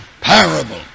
parable